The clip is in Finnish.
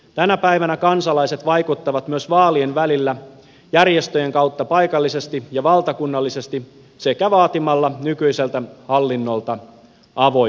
tänä päivänä kansalaiset vaikuttavat myös vaa lien välillä järjestöjen kautta paikallisesti ja valtakunnallisesti sekä vaatimalla nykyiseltä hallinnolta avoimuutta